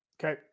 Okay